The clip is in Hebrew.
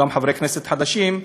אנחנו גם חברי כנסת חדשים,